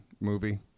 movie